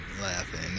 laughing